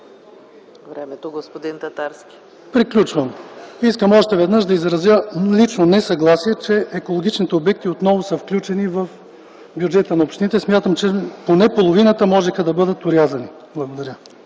Времето, господин Татарски. ЛЮБЕН ТАТАРСКИ: Приключвам. Искам още веднъж да изразя несъгласие, че екологичните обекти отново са включени в бюджета на общините. Смятам, че поне половината можеха да бъдат орязани.